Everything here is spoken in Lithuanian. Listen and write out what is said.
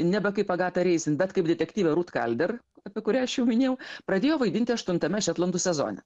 nebe kaip agata reizin bet kaip detektyvė rūt kalder apie kurią aš jau minėjau pradėjo vaidinti aštuntame šetlandų sezone